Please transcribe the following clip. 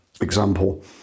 example